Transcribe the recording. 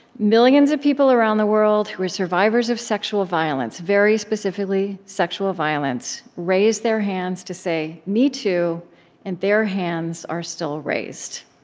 millions of people around the world, who are survivors of sexual violence very specifically, sexual violence raised their hands to say, me, too and their hands are still raised.